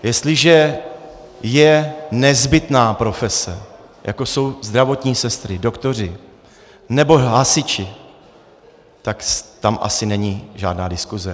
Jestliže je nezbytná profese, jako jsou zdravotní sestry, doktoři nebo hasiči, tak tam asi není žádná diskuse.